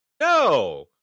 no